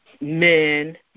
men